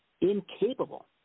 Incapable